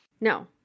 No